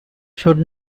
should